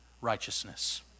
righteousness